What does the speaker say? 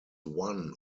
one